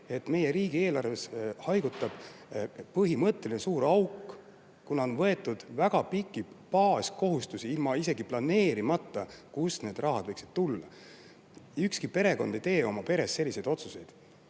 et meie riigieelarves haigutab põhimõtteline suur auk, kuna on võetud väga pikki baaskohustusi ilma isegi planeerimata, kust need rahad võiksid tulla. Ükski perekond ei tee oma peres selliseid otsuseid,